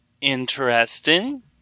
interesting